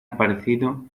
aparecido